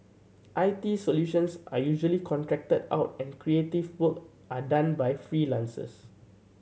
I T solutions are usually contracted out and creative work are done by freelancers